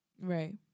Right